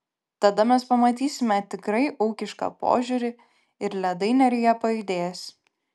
tada mes pamatysime tikrai ūkišką požiūrį ir ledai neryje pajudės